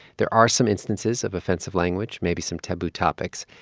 there are some instances of offensive language, maybe some taboo topics.